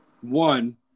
one